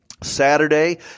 Saturday